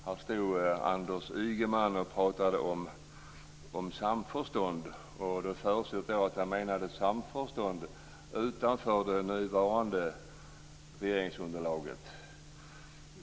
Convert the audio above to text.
Här stod Anders Ygeman och pratade om samförstånd. Jag förutsätter att han menade samförstånd utanför det nuvarande regeringsunderlaget.